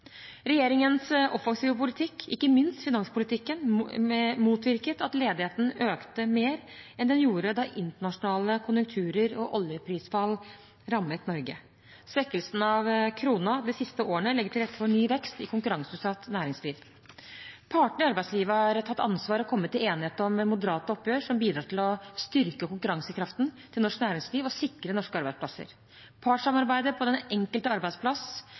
Regjeringens offensive politikk, ikke minst finanspolitikken, motvirket at ledigheten økte mer enn den gjorde da internasjonale konjunkturer og oljeprisfall rammet Norge. Svekkelsen av kronen de siste årene legger til rette for ny vekst i konkurranseutsatt næringsliv. Partene i arbeidslivet har tatt ansvar og kommet til enighet om moderate oppgjør som bidrar til å styrke konkurransekraften til norsk næringsliv og sikre norske arbeidsplasser. Partssamarbeidet på den enkelte arbeidsplass